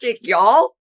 Y'all